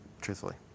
truthfully